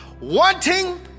wanting